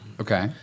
Okay